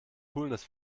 coolness